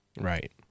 Right